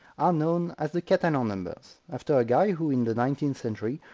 are known as the catalan ah numbers, after a guy who, in the nineteenth century,